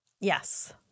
Yes